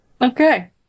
Okay